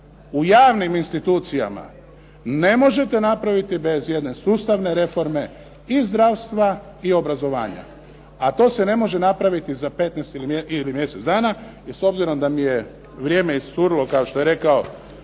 u javnim institucijama, ne možete napraviti bez jedne sustavne reforme i zdravstva i obrazovanja. A to se ne može napraviti za 15 ili mjesec dana. Jer s obzirom da mi je vrijeme iscurilo kao što je rekao